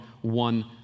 one